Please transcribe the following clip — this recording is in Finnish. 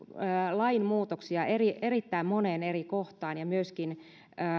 lainmuutoksia erittäin moneen eri kohtaan ja myöskin